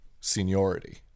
seniority